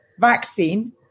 vaccine